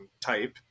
type